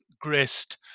grist